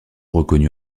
reconnue